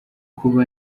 kuba